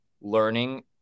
learning